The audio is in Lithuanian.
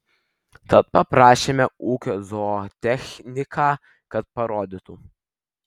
tad paprašėme ūkio zootechniką kad parodytų